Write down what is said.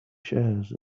shares